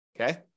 Okay